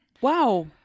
Wow